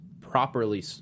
properly